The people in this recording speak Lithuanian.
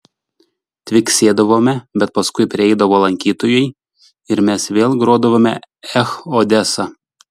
tviskėdavome bet paskui prieidavo lankytojai ir mes vėl grodavome ech odesa